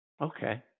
Okay